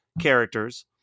characters